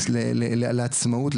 לעצמאות,